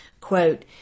quote